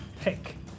pick